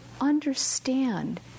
understand